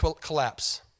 collapse